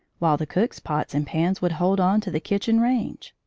while the cook's pots and pans would hold on to the kitchen range.